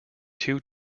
two